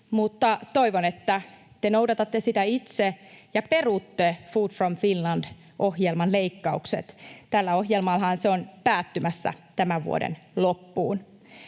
toivon, että te noudatatte sitä itse ja perutte Food from Finland ‑ohjelman leikkaukset. Tällä ohjelmallahan se on päättymässä tämän vuoden loppuun.